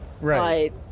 Right